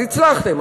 אז הצלחתם,